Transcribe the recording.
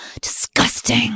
disgusting